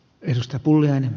arvoisa puhemies